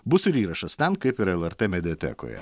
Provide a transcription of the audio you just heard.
bus ir įrašas ten kaip ir lrt mediatekoje